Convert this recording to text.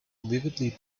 vividly